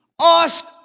ask